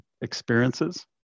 experiences